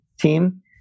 team